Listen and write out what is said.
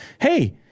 hey